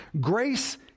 Grace